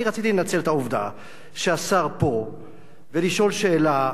אני רציתי לנצל את העובדה שהשר פה ולשאול שאלה,